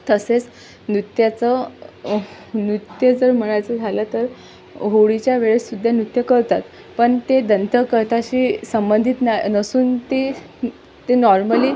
तसेच नृत्याचं नृत्य जर म्हणायचं झालं तर होळीच्या वेळेस सुद्धा नृत्य करतात पण ते दंतकथाशी संबंधित ना नसून ते ते नॉर्मली